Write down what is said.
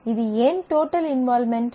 இது ஏன் total involvement